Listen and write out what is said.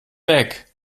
weg